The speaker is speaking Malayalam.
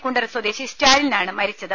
കുണ്ടറ സ്വദേശി സ്റ്റാലിനാണ് മരിച്ചത്